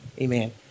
amen